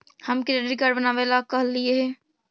हम credit card बनावे ला कहलिऐ हे?